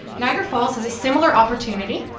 niagara falls has a similar opportunity,